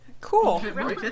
Cool